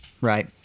right